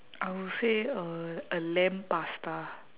I will say uh a lamb pasta